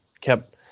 kept